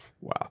Wow